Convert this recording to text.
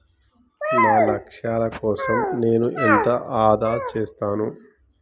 నా లక్ష్యాల కోసం నేను ఎంత ఆదా చేస్తాను?